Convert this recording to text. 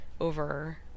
over